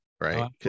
right